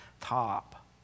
top